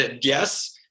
yes